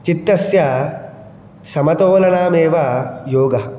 चित्तस्य समतोलनमेव योगः